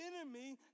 enemy